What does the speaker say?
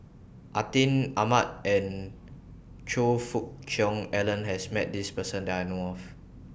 Atin Amat and Choe Fook Cheong Alan has Met This Person that I know of